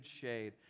shade